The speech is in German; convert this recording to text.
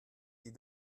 die